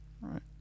Right